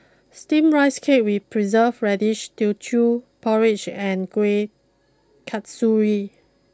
Steamed Rice Cake with Preserved Radish Teochew Porridge and Kuih Kasturi